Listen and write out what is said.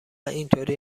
اینطوری